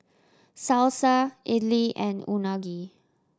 Salsa Idili and Unagi